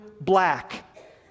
black